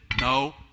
no